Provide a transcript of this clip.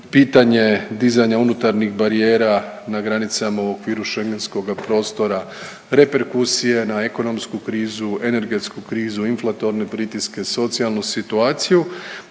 pitanje dizanja unutarnjih barijera na granicama u okviru Schengenskoga prostora, reperkusije na ekonomsku krizu, energetsku krizu, inflatorne pritiske, socijalnu situaciju